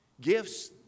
gifts